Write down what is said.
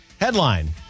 Headline